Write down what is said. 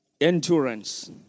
endurance